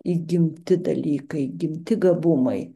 įgimti dalykai įgimti gabumai